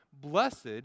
Blessed